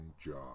Job